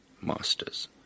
masters